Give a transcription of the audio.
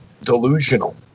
delusional